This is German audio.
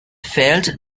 fehlt